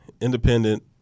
independent